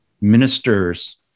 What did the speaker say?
ministers